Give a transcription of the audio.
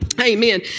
amen